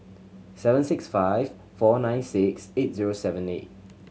seven six five four nine six eight zero seven eight